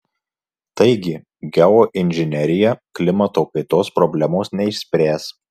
taigi geoinžinerija klimato kaitos problemos neišspręs